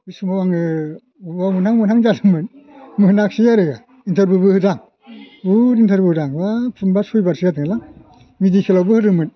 बे समाव आङो बबाबा मोनहां मोनहां जादोंमोन मोनाख्सै आरो इन्टारभिउबो होदां बहुद इन्टारभिउ होदां बाब खुनबा सयबारसो जादोंलां मिडिकेलावबो होदोंमोन